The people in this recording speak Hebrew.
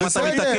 אם אתה מתעקש,